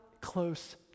close